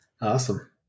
Awesome